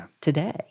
today